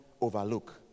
overlook